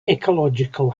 ecological